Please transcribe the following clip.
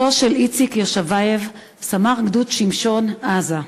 עדותו של איציק יושבייב, סמ"ר בגדוד שמשון, עזה: